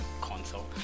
console